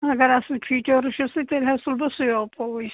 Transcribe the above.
اگر اصل فیچٲرس چھِس تہٕ تیٚلہِ حَظ تُلہٕ بہٕ سُے اوپووے